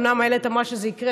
אומנם איילת אמרה שזה יקרה,